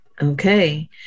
Okay